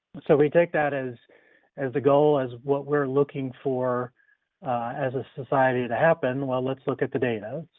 so we take that as as a goal, as what we're looking for as a society to happen, well, let's look at the data.